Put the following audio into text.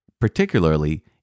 particularly